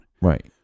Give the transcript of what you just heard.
Right